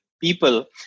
people